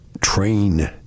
train